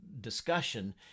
discussion